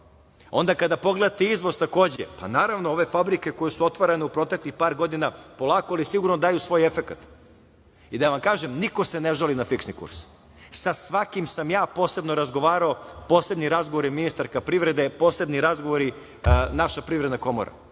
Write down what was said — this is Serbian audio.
kada pogledate izvoz takođe, pa naravno, ove fabrike koje su otvorene u proteklih par godina, polako ali sigurno daju svoj efekat. Da vam kažem, niko se ne žali na fiksni kurs, sa svakim sam ja posebno razgovarao, posebni razgovori ministarka privrede, posebni razgovori naša privredna komora.